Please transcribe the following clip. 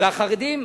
והחרדים,